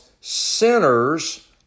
sinners